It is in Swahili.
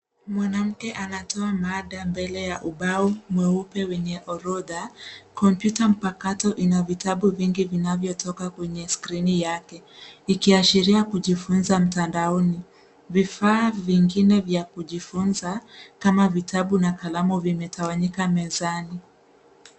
Mwanamke anatoa mada mbele ya ubao mweupe wenye orodha. Kompyuta mpakato ina vitabu vingi vinavyotoka kwenye skrini yake, ikiashiria kujifunza mtandaoni. Vifaa vingine vya kujifunza kama vitabu na kalamu vimetawanyika mezani.